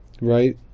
right